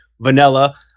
vanilla